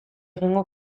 egingo